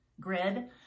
grid